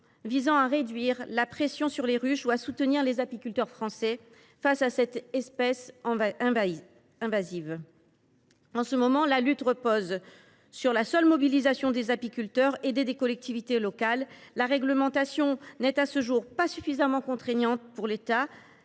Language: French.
visant à réduire la pression sur les ruches ou à soutenir les apiculteurs français face à cette espèce invasive. La lutte repose actuellement sur la seule mobilisation des apiculteurs, aidés par les collectivités locales. La réglementation n’est à ce jour pas suffisamment contraignante pour l’État,